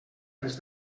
res